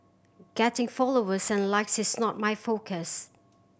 getting followers and likes is not my focus